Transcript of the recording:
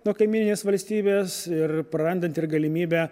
nuo kaimyninės valstybės ir prarandant ir galimybę